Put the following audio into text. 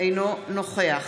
אינו נוכח